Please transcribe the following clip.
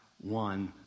one